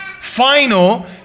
final